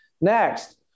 Next